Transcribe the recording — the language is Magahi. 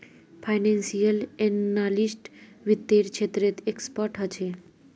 फाइनेंसियल एनालिस्ट वित्त्तेर क्षेत्रत एक्सपर्ट ह छे